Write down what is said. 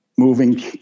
moving